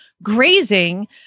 grazing